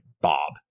Bob